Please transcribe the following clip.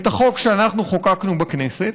את החוק שאנחנו חוקקנו בכנסת,